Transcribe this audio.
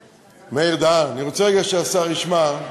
מאיר, אני רוצה רגע שהשר ישמע.